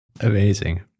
Amazing